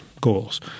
goals